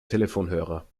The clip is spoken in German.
telefonhörer